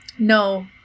No